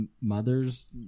Mothers